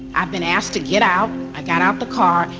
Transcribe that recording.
i've been asked to get out. i got out the car.